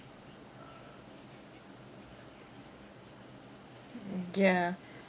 mm yeah